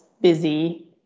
busy